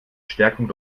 stärkung